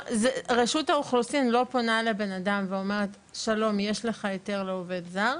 רשות האוכלוסין לא פונה לבן אדם ואומרת שלום יש לך היתר לעובד זר.